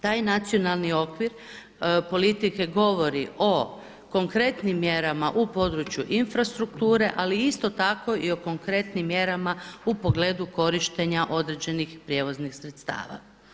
Taj nacionalni okvir politike govori o konkretnim mjerama u području infrastrukture, ali isto tako i o konkretnim mjerama u pogledu korištenja određenih prijevoznih sredstava.